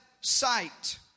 sight